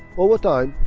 over time,